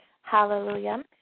Hallelujah